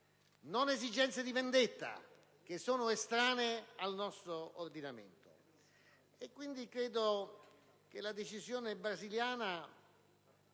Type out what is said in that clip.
non esigenze di vendetta, che sono estranee al nostro ordinamento.